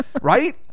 right